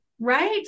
right